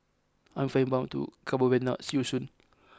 I am flying to Cabo Verde now see you soon